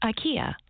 Ikea